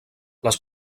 les